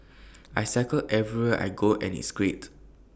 I cycle everywhere I go and it's great